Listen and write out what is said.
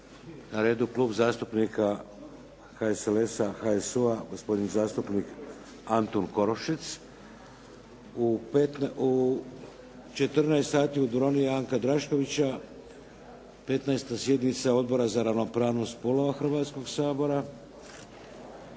Na redu je Klub zastupnika HSLS-HSU-a, gospodin zastupnik Antun Korošec. U 14 sati u dvorani Janka Draškovića 15. sjednica Odbora za ravnopravnost spolova Hrvatskoga sabora.